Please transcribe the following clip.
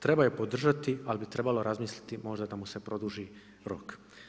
Treba je podržati, ali bi trebalo razmisliti, možda da mu se produži rok.